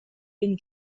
been